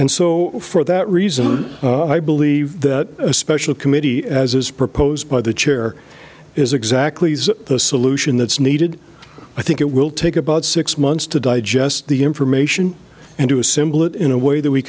and so for that reason i believe that a special committee as is proposed by the chair is exactly the solution that's needed i think it will take about six months to digest the information and to assemble it in a way that we